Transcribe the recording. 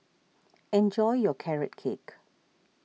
enjoy your Carrot Cake